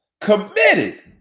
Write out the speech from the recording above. Committed